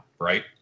Right